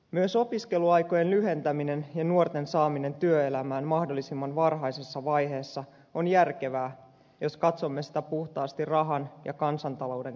myös opiskeluaikojen lyhentäminen ja nuorten saaminen työelämään mahdollisimman varhaisessa vaiheessa on järkevää jos katsomme sitä puhtaasti rahan ja kansantalouden kannalta